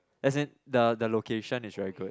as in the the location is very good